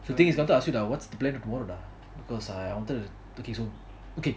the thing is Ashwin what's the plan tomorrow டா:daa because ah I wanted to take this home